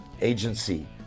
agency